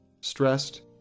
stressed